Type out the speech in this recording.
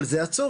אבל זה הצורך,